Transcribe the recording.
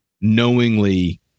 knowingly